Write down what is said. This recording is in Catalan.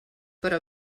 però